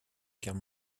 guerre